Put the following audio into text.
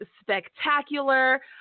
spectacular